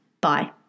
bye